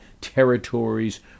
territories